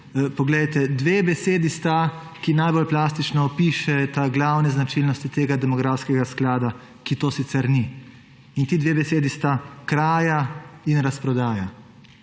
Poglejte, dve besedi sta, ki najbolj plastično opišeta glavne značilnosti tega demografskega sklada, ki to sicer ni, in ti dve besedi sta kraja in razprodaja.